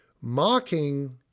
mocking